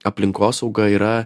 aplinkosauga yra